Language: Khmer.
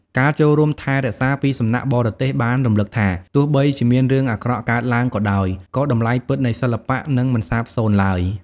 ការចូលរួមថែរក្សាពីសំណាក់បរទេសបានរំឭកថា ទោះបីជាមានរឿងអាក្រក់កើតឡើងក៏ដោយ ក៏តម្លៃពិតនៃសិល្បៈនឹងមិនសាបសូន្យឡើយ។